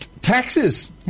Taxes